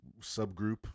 subgroup